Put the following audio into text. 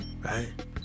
Right